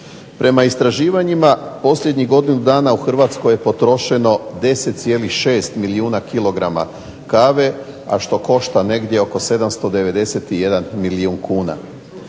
Prema istraživanjima posljednjih godinu dana u Hrvatskoj je potrošeno 10,6 milijuna kilograma kave, a što košta negdje oko 791 milijun kuna.